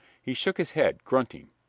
he shook his head, grunting,